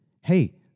hey